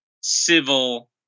civil